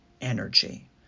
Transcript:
energy